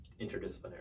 interdisciplinary